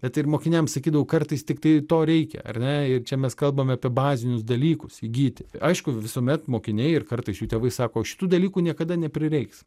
bet ir mokiniams sakydavau kartais tiktai to reikia ar ne ir čia mes kalbam apie bazinius dalykus įgyti aišku visuomet mokiniai ir kartais jų tėvai sako šitų dalykų niekada neprireiks